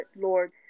Lord